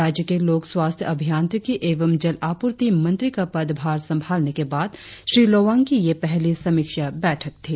राज्य केलोक स्वास्थ्य अभियांत्रिकी एवं जल आपूर्ति मंत्री पद का पदभार संभालने के बाद श्री लोवांग की यह पहली समीक्षा बैठक थी